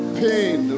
pain